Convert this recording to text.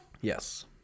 yes